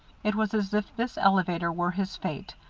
it was as if this elevator were his fate,